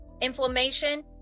inflammation